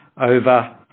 over